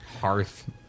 hearth